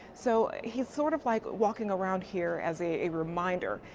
so he is sort of like walking around here as a reminder.